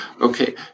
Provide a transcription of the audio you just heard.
okay